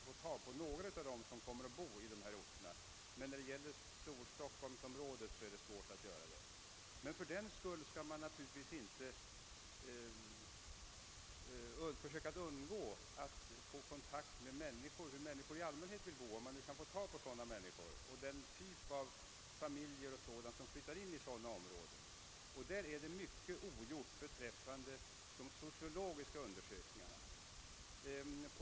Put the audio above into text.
Så kan man kanske göra i en småstad eller på en mindre ort men knappast i Storstockholm. Men fördenskull skall man naturligtvis inte underlåta att försöka ta reda på hur människor i allmänhet eller den typ av familjer som beräknas flytta till ett visst område vill bo. Mycket är ogjort när det gäller sociologiska undersökningar om den saken.